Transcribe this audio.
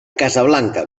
casablanca